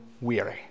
weary